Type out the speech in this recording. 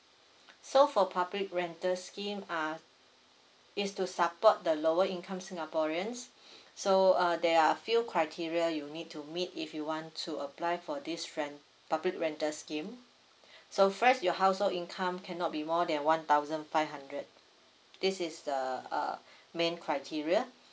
so for public rental scheme are it's to support the lower income singaporeans so uh there are few criteria you need to meet if you want to apply for this ren~ public rental scheme so first your household income cannot be more than one thousand five hundred this is the uh main criteria